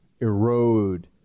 erode